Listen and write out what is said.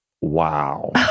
Wow